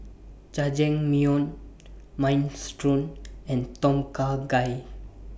Jajangmyeon Minestrone and Tom Kha Gai